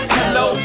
hello